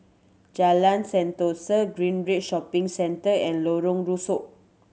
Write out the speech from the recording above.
Jalan Sentosa Greenridge Shopping Centre and Lorong Rusuk